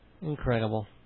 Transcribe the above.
Incredible